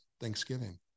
Thanksgiving